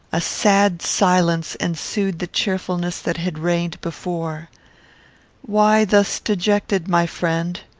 a sad silence ensued the cheerfulness that had reigned before why thus dejected, my friend?